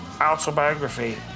autobiography